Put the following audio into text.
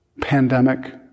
Pandemic